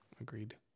Agreed